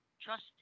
Trust